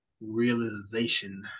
realization